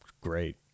great